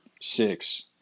six